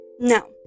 no